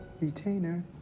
Retainer